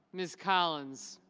ms. collins.